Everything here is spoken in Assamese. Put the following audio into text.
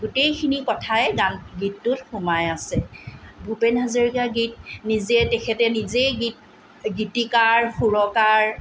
গোটেইখিনি কথাই গান গীতটোত সোমাই আছে ভূপেন হাজৰিকা গীত নিজে তেখেতে নিজে গীত গীতিকাৰ সুৰকাৰ